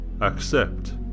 accept